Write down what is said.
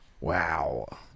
Wow